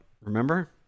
Remember